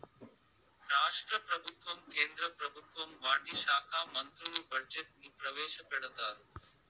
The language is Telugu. రాష్ట్ర ప్రభుత్వం కేంద్ర ప్రభుత్వం వాటి శాఖా మంత్రులు బడ్జెట్ ని ప్రవేశపెడతారు